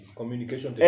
communication